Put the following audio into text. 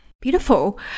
Beautiful